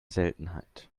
seltenheit